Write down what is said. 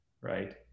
right